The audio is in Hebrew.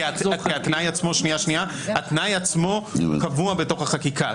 כי התנאי עצמו קבוע בחקיקה.